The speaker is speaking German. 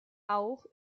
auch